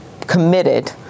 committed